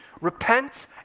Repent